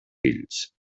fills